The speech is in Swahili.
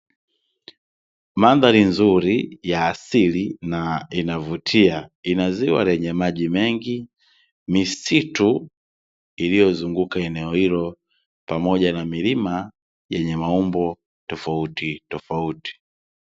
Mandhari nzuri ya asili na inavutia ina ziwa lenye maji mengi, misitu iliyozunguka eneo hilo pamoja na milima yenye maumbo tofauti tofauti.